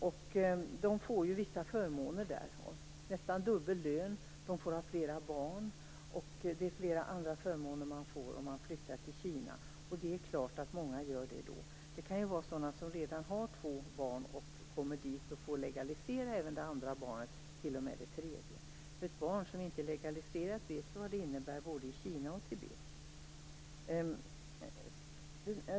Dessa människor får vissa förmåner i Tibet; nästan dubbel lön, de får ha flera barn osv., så det är klart att många flyttar. Det kan gälla människor som redan har två barn, och får legalisera även det andra, kanske t.o.m. det tredje, barnet i Tibet. Vi vet ju vad det innebär om ett barn inte är legaliserat, både i Kina och i Tibet.